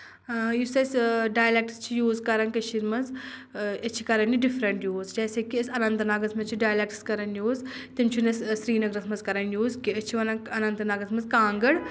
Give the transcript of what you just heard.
یُس أسۍ ڈایلٮ۪کٹٕس چھِ یوٗز کَران کٔشیٖرِ منٛز أسۍ چھِ کَران یہِ ڈِفرَنٛٹ یوٗز جیسے کہِ أسۍ اَننت ناگَس منٛز چھِ ڈایلٮ۪کٹٕس کَران یوٗز تِم چھِنہٕ أسۍ سرینَگرَس منٛز کَران یوٗز کہِ أسۍ چھِ وَنان اَنَنت ناگَس منٛز کانٛگٕر